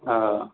हा